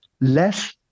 less